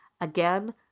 Again